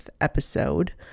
episode